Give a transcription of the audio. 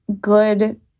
good